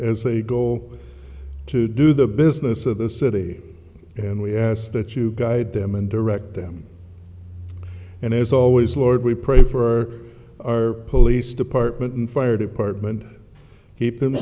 they go to do the business of the city and we ask that you guide them and direct them and as always lord we pray for our police department and fire department heep them